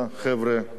רוצה לענות לשניהם?